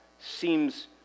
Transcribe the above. seems